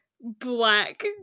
black